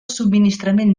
subministrament